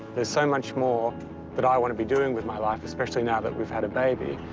there's so much more that i want to be doing with my life, especially now that we've had a baby,